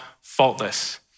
faultless